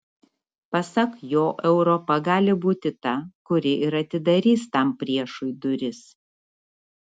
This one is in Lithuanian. pasak jo europa gali būti ta kuri ir atidarys tam priešui duris